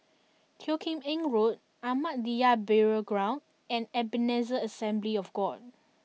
Teo Kim Eng Road Ahmadiyya Burial Ground and Ebenezer Assembly of God